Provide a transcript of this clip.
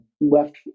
left